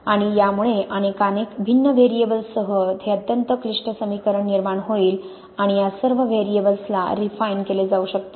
आणि यामुळे अनेकानेक भिन्न व्हेरीएबल्ससह हे अत्यंत क्लिष्ट समीकरण निर्माण होईल आणि या सर्व व्हेरीएबल्सला रिफाइन केले जाऊ शकते